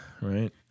right